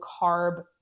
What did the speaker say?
carb